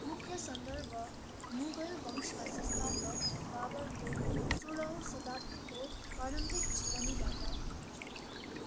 मुख्य सन्दर्भ मुगल वंशका संस्थापक बाबरको सोह्रौँ शताब्दीको प्रारम्भिक जीवनीबाट आउँछ